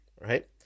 right